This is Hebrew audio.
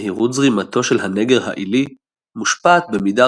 מהירות זרימתו של הנגר העילי מושפעת במידה